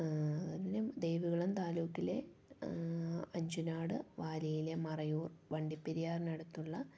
പിന്നെ ദേവികുളം താലൂക്കിലെ അഞ്ചുനാട് വാലേലിയം മറയൂർ വണ്ടിപ്പെരിയാറിനടുത്തുള്ള